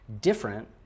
different